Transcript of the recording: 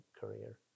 career